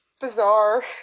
bizarre